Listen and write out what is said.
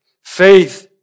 Faith